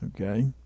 Okay